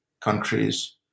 countries